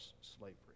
slavery